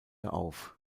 auf